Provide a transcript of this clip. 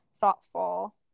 thoughtful